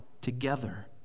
together